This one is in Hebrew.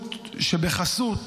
למציאות שבחסות